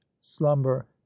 slumber